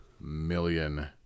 million